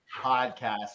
podcast